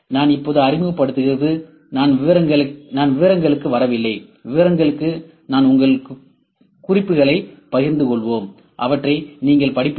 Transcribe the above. நான் இப்போது அறிமுகப்படுத்துகிறேன் நான் விவரங்களுக்கு வரவில்லை விவரங்களுக்கு நாங்கள் உங்களுக்கு குறிப்புகளைப் பகிர்ந்துகொள்வோம் அவற்றை நீங்கள் படிப்பீர்கள்